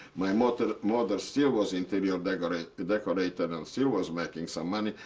my mother mother still was interior decorator but decorator and and still was making some money,